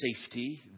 safety